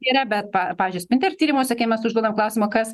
yra bet pa pavyzdžiui sprinter tyrimuose kai mes užduodam klausimą kas